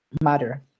matter